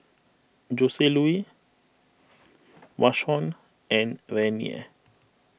Joseluis Vashon and Renea